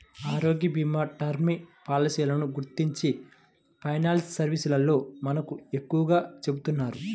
ఆరోగ్యభీమా, టర్మ్ పాలసీలను గురించి ఫైనాన్స్ సర్వీసోల్లు మనకు ఎక్కువగా చెబుతున్నారు